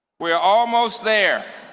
we are almost there.